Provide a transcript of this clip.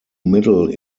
middle